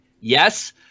Yes